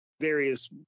various